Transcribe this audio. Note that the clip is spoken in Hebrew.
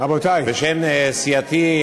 בשם סיעתי,